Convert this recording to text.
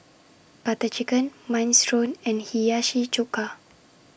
Butter Chicken Minestrone and Hiyashi Chuka